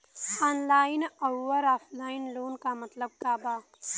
Online अउर offline loan क मतलब का बा?